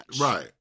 Right